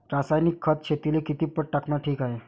रासायनिक खत शेतीले किती पट टाकनं ठीक हाये?